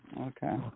okay